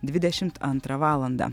dvidešimt antrą valandą